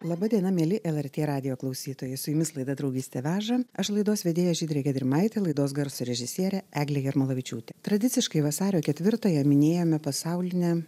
laba diena mieli lrt radijo klausytojai su jumis laida draugystė veža aš laidos vedėja žydrė gedrimaitė laidos garso režisierė eglė jarmolavičiūtė tradiciškai vasario ketvirtąją minėjome pasaulinę